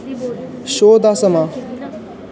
show दा समां